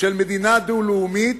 של מדינה דו-לאומית,